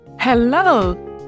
Hello